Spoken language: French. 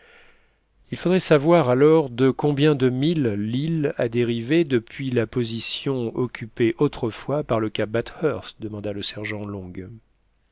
il faudrait savoir alors de combien de milles l'île a dérivé depuis la position occupée autrefois par le cap bathurst demanda le sergent long